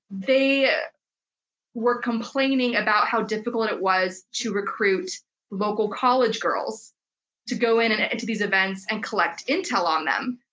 they were complaining about how difficult it was to recruit vocal college girls to go in and and to these events and collect intel on them.